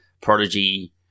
Prodigy